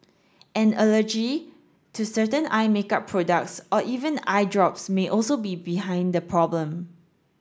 an allergy to certain eye make up products or even eye drops may also be behind the problem